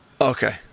Okay